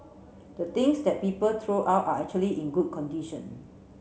the things that people throw out are actually in good condition